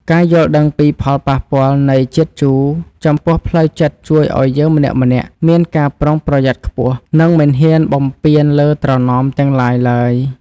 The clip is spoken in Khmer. ការយល់ដឹងពីផលប៉ះពាល់នៃជាតិជូរចំពោះផ្លូវចិត្តជួយឱ្យយើងម្នាក់ៗមានការប្រុងប្រយ័ត្នខ្ពស់ និងមិនហ៊ានបំពានលើត្រណមទាំងឡាយឡើយ។